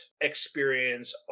experience